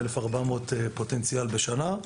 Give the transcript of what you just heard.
1400 בשנה.